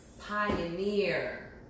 Pioneer